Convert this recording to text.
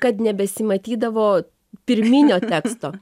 kad nebesimatydavo pirminio teksto